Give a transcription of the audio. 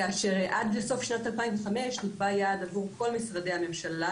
כך שעד סוף שנת 2005 נקבע יעד עבור כל משרדי הממשלה